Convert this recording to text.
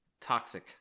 toxic